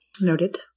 Noted